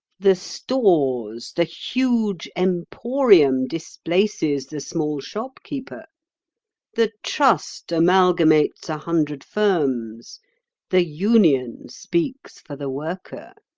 the stores, the huge emporium displaces the small shopkeeper the trust amalgamates a hundred firms the union speaks for the worker.